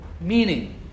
Meaning